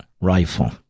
rifle